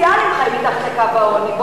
העובדים הסוציאליים חיים מתחת לקו העוני.